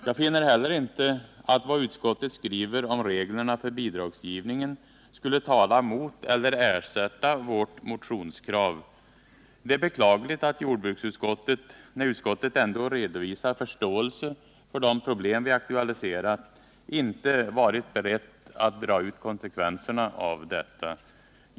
Jag finner inte heller att vad utskottet skriver om reglerna för bidragsgivningen skulle tala mot eller ersätta vårt motionskrav. Det är beklagligt att jordbruksutskottet, när utskottet ändå redovisar förståelse för de problem vi aktualiserat, inte varit berett att dra konsekvenserna av detta.